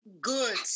Good